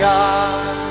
God